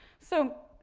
so,